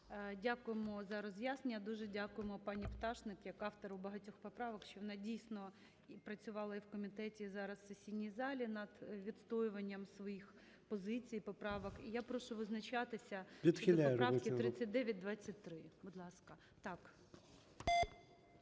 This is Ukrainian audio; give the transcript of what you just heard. Дякуємо за роз'яснення. Дуже дякуємо пані Пташник як автору багатьох поправок, що вона дійсно працювала і в комітеті, і зараз в сесійній залі над відстоюванням своїх позицій і поправок. І я прошу визначатися по поправці 3923. ЧЕРНЕНКО